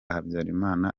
habyarimana